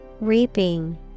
Reaping